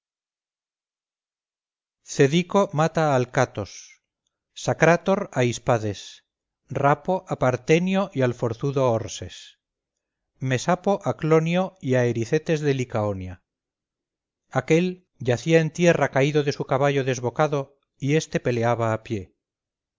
cedico mata a alcatos sacrator a hispades rapo a partenio y al forzudo orses mesapo a clonio y a ericetes de licaonia aquel yacía en tierra caído de su caballo desbocado y este peleaba a pie